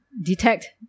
detect